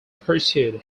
persuade